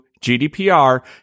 GDPR